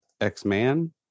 x-man